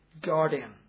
guardian